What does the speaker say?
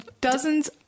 dozens